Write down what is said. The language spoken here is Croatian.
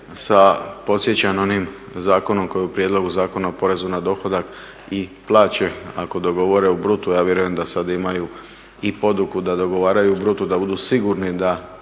sa, podsjećam onim zakonom koji je u prijedlogu Zakona o porezu na dohodak i plaće ako dogovore u brutu. Ja vjerujem da sad imaju i poduku, da dogovaraju bruto, da budu sigurni da